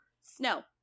Snow